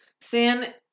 San